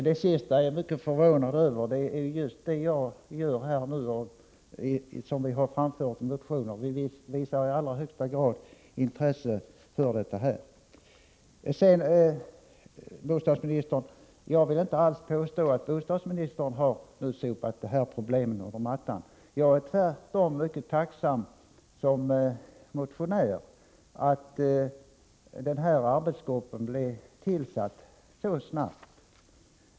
Herr talman! Det sista uttalandet blir jag förvånad över. Genom frågan jag ställt och centermotionerna jag nämnt visar vi i allra högsta grad att vi intresserar oss för dessa problem. Jag vill inte alls påstå att bostadsministern har sopat detta problem under mattan. Jag är tvärtom som motionär mycket tacksam över att denna arbetsgrupp blev tillsatt så snabbt.